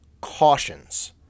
cautions